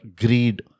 greed